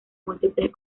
múltiples